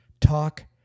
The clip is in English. talk